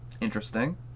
Interesting